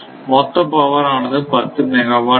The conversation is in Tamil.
மொத்த பவர் ஆனது 10 மெகாவாட் ஆகும்